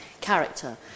character